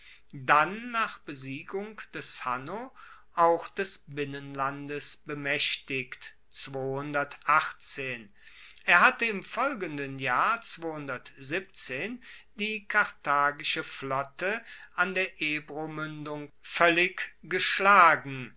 dann nach besiegung des hanno auch des binnenlandes bemaechtigt er hatte im folgenden jahr die karthagische flotte an der ebromuendung voellig geschlagen